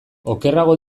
okerrago